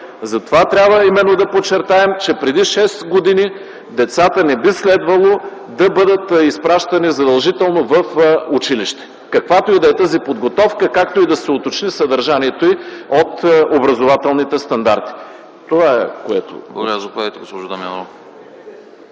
затова трябва да подчертаем, че преди шест години децата не би следвало да бъдат изпращани задължително в училище, каквато и да е тази подготовка, както и да се уточни съдържанието й от образователните стандарти.